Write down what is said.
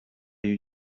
you